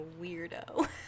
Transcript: weirdo